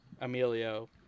Emilio